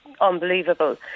unbelievable